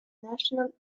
national